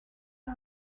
her